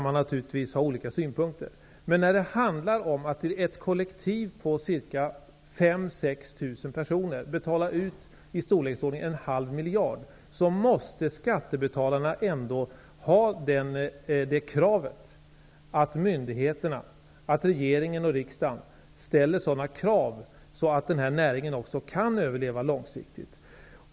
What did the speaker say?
Men när det handlar om att till ett kollektiv på 5 000 -- 6 000 personer betala ut stöd i storleksordningen en halv miljard måste skattebetalarna ändå kunna begära att myndigheterna, regeringen och riksdagen, ställer sådana krav att näringen kan överleva långsiktigt.